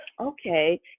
okay